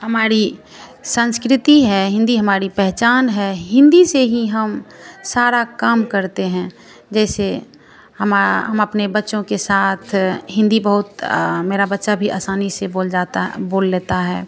हमारी संस्कृति है हिन्दी हमारी पहचान है हिन्दी से ही हम सारा काम करते हैं जैसे हमारा हम अपने बच्चों के साथ हिन्दी बहुत मेरा बच्चा भी आसानी से बोल जाता है बोल लेता है